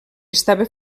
estava